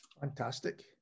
Fantastic